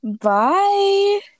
Bye